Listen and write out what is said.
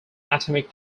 atomic